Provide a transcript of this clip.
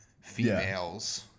females